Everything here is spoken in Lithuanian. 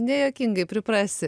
nejuokingai priprasi